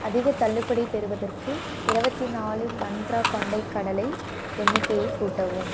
அதிகத் தள்ளுபடி பெறுவதற்கு இருபத்தி நாலு மந்த்ரா கொண்டைக்கடலை எண்ணிக்கையை கூட்டவும்